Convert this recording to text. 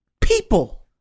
people